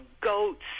goats